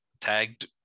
tagged